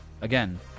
Again